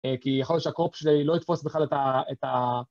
כי יכול להיות שהקרוב שלי לא יתפוס בכלל את ה...